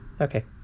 Okay